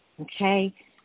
Okay